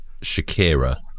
Shakira